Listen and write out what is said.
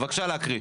בבקשה להקריא.